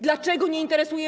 Dlaczego nie interesuje.